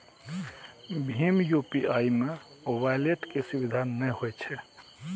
भीम UPI मे wallet के सुविधा नै होइ छै